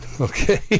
okay